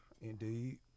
Indeed